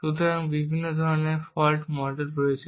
সুতরাং বিভিন্ন ধরণের ফল্ট মডেল রয়েছে